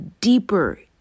deeper